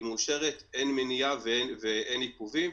היא מאושרת, אין מניעה ואין עיכובים.